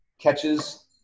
catches